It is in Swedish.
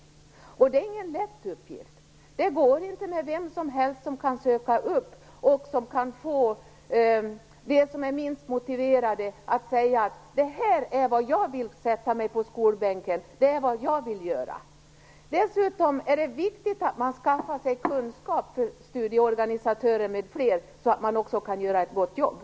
Det är ingen lätt uppgift. Vem som helst kan inte söka upp och få dem som är minst motiverade att säga: Det här vill jag sätta mig på skolbänken för. Det är vad jag vill göra. Dessutom är det viktigt att man skaffar sig kunskap om studieorganisatörer m.fl. så att man också kan göra ett gott arbete.